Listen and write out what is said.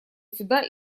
сюда